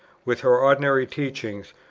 with her ordinary teaching,